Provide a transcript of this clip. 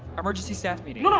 emergency staff meeting. you know